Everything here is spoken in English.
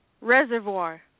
Reservoir